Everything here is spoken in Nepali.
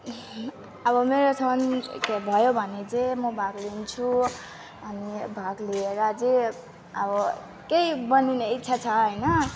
अब म्याराथन भयो भने चाहिँ म भाग लिन्छु अनि भाग लिएर चाहिँ अब केही बनिने इच्छा छ होइन